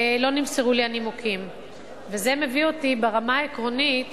אותי ברמה העקרונית